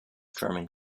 drumming